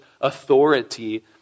authority